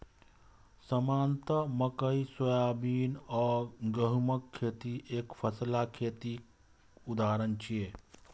सामान्यतः मकइ, सोयाबीन आ गहूमक खेती एकफसला खेतीक उदाहरण छियै